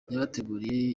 yabateguriye